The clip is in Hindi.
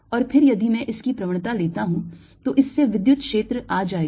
और फिर यदि मैं इसकी प्रवणता लेता हूं तो इससे विद्युत क्षेत्र आ जाएगा